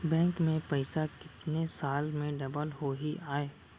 Bank में पइसा कितने साल में डबल होही आय?